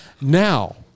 Now